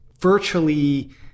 Virtually